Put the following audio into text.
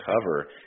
cover